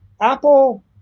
Apple